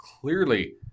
clearly